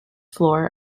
floor